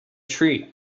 tree